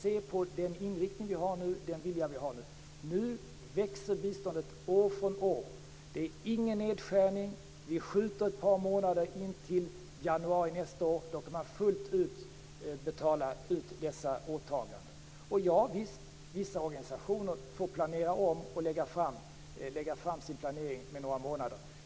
Se på den inriktning och den vilja som vi har nu. Nu växer biståndet år från år. Det är ingen nedskärning. Vi skjuter fram det ett par månader, intill januari nästa år. Då kommer man att betala fullt ut för dessa åtaganden. Visst, vissa organisationer får planera om och lägga fram sin planering med några månader.